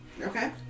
Okay